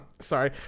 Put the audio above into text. Sorry